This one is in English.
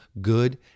good